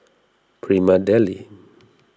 Prima Deli